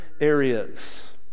areas